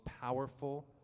powerful